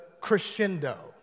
crescendo